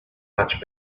much